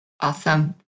Awesome